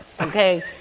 Okay